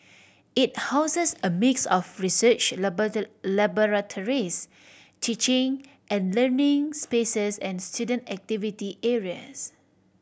it houses a mix of research laboratories teaching and learning spaces and student activity areas